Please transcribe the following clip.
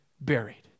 buried